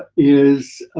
is.